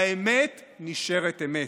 האמת נשארת אמת,